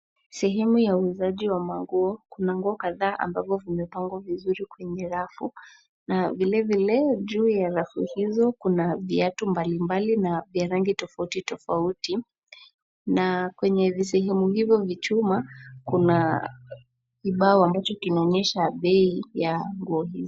Sehemu ya uuzaji wa manguo ,kuna nguo kadhaa ambavo zimepangwa vizuri kwenye rafu na vile vile juu ya rafu hizo ,kuna viatu mbalimbali na vya rangi tofauti tofauti ,na kwenye visehemu hivo vichuma, kuna kibao ambacho kinaonyesha bei ya nguo hizi.